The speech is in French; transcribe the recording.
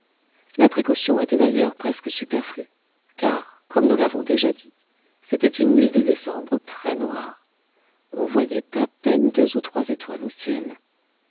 la précaution était d'ailleurs presque superflue car comme nous l'avons déjà dit c'était une nuit de décembre très noire on voyait à peine deux ou trois étoiles au ciel